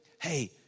hey